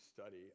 study